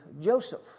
Joseph